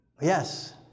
Yes